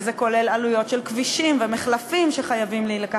וזה כולל עלויות של כבישים ומחלפים שחייבים לבוא